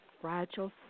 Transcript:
fragile